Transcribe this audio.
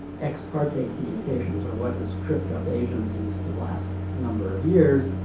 ex parte communications are what has tripped up agencies for the last number of years.